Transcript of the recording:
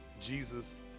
Jesus